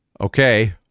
Okay